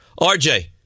RJ